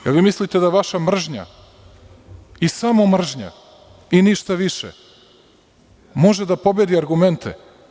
Da li vi mislite da je vaša mržnja, i samo mržnja, i ništa više, može da pobedi argumente?